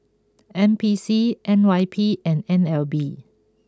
N P C N Y P and N L B